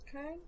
Okay